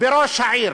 בראש העיר,